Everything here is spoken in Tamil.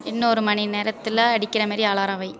இன்னும் ஒரு மணி நேரத்தில் அடிக்கிற மாரி அலாரம் வை